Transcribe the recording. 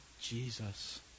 Jesus